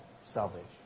salvation